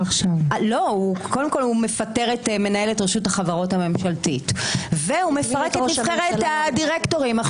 הוא מפטר את מנהלת רשות החברות הממשלתית והוא מפרק את נבחרת הדירקטורים.